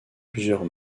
plusieurs